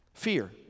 Fear